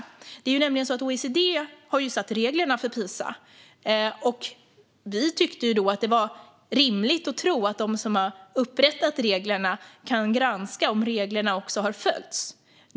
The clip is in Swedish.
OECD har satt reglerna för Pisa. Vi tyckte därför att det var rimligt att tro att de som har upprättat reglerna också kan granska om reglerna har följts.